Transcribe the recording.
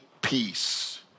peace